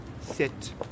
Sit